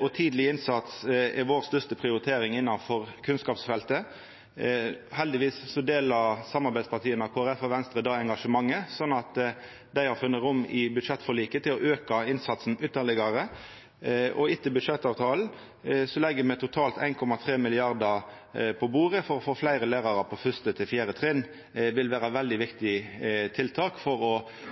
og tidleg innsats er vår største prioritering innanfor kunnskapsfeltet. Heldigvis deler samarbeidspartia Kristeleg Folkeparti og Venstre dette engasjementet, sånn at dei har funne rom i budsjettforliket til å auka innsatsen ytterlegare. Etter budsjettavtalen legg me totalt 1,3 mrd. kr på bordet for å få fleire lærarar på fyrste til fjerde trinn. Det vil vera eit veldig viktig tiltak for å